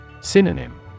Synonym